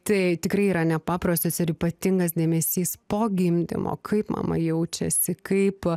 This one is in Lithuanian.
tai tikrai yra nepaprastas ir ypatingas dėmesys po gimdymo kaip mama jaučiasi kaip